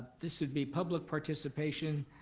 this would be public participation